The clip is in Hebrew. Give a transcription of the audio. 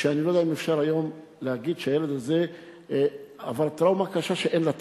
אני לא יודע אם אפשר להגיד שהילד הזה עבר טראומה קשה שאין לה תיקון,